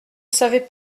savais